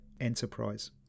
enterprise